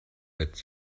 what